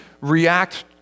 react